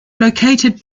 located